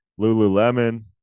lululemon